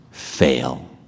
Fail